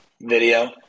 video